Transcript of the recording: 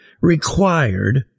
required